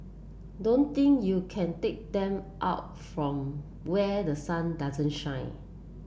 don't think you can take them out from where the sun doesn't shine